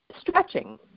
stretching